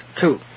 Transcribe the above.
two